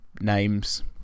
names